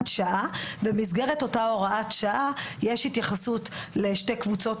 שעה ובמסגרת אותה הוראת שעה יש התייחסות לשתי קבוצות,